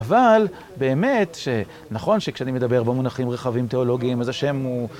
אבל באמת, נכון שכשאני מדבר במונחים רחבים תיאולוגיים אז השם הוא...